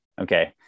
okay